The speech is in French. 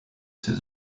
ses